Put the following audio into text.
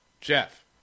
Jeff